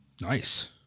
Nice